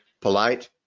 polite